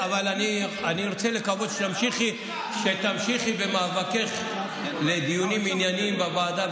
אבל אני רוצה לקוות שתמשיכי במאבקך לדיונים עניינים בוועדה,